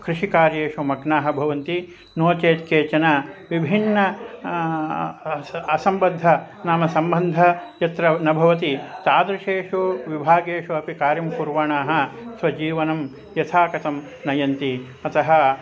कृषिकार्येषु मग्नाः भवन्ति नो चेत् केचन विभिन्न असम्बद्ध नाम सम्बन्ध यत्र न भवति तादृशेषु विभागेषु अपि कार्यं कुर्वणाः स्वजीवनं यथा कथं नयन्ति अतः